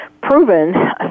proven